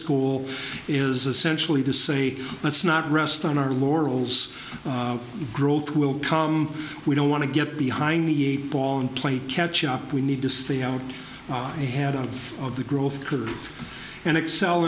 school is essentially to say let's not rest on our laurels growth will come we don't want to get behind the eight ball and play catch up we need to stay out ahead of the growth curve and excel